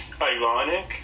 ironic